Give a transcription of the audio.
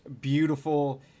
beautiful